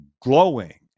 glowing